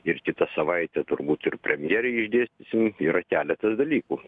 ir kitą savaitę turbūt ir premjerei išdėstysim yra keletas dalykų